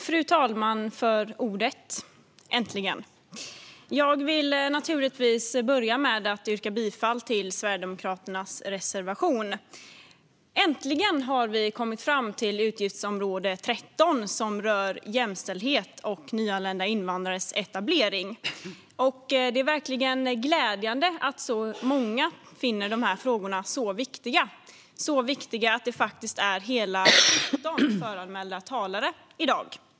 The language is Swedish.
Fru talman! Jag vill naturligtvis börja med att yrka bifall till Sverigedemokraternas reservation. Äntligen har vi kommit fram till utgiftsområde 13, som rör jämställdhet och nyanlända invandrares etablering. Det är verkligen glädjande att så många finner de frågorna så viktiga att det är hela 17 föranmälda talare i dag.